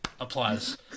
Applause